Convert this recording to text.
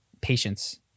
patience